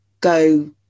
go